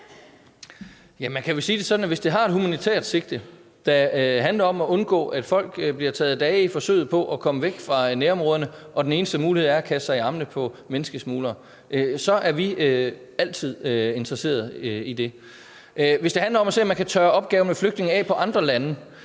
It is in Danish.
hvis det har et humanitært sigte, der handler om at undgå, at folk bliver taget af dage i forsøget på at komme væk fra nærområderne, og hvis den eneste mulighed er at kaste sig i armene på menneskesmuglere, så er vi altid interesseret i det. Hvis det handler om at se, om man kan tørre opgaven med flygtninge af på andre lande,